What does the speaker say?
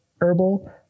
herbal